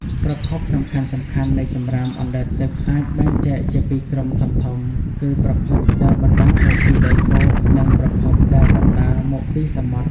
ប្រភពសំខាន់ៗនៃសំរាមអណ្តែតទឹកអាចបែងចែកជាពីរក្រុមធំៗគឺ ប្រភពដែលបណ្តាលមកពីដីគោក និង ប្រភពដែលបណ្តាលមកពីសមុទ្រ។